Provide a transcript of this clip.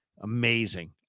Amazing